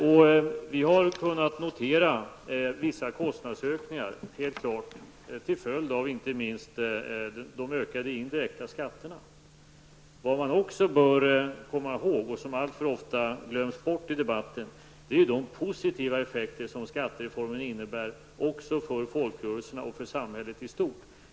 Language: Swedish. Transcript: Vi har kunnat notera att det helt klart har uppstått vissa kostnadsökningar till följd av inte minst de ökade indirekta skatterna. Vad man också bör komma ihåg, och som alltför ofta glöms bort i debatten, är de positiva effekter som skattereformen innebär även för folkrörelserna och för samhället i stort.